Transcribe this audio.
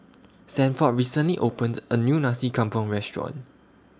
Sanford recently opened A New Nasi Campur Restaurant